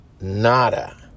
nada